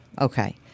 Okay